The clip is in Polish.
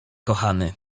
kochany